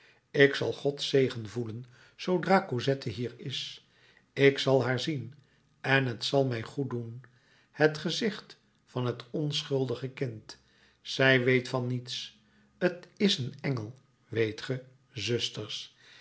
ik zal gods zegen voelen zoodra cosette hier is ik zal haar zien en t zal mij goed doen het gezicht van het onschuldige kind zij weet van niets t is een engel weet ge zusters